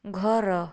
ଘର